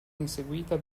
inseguita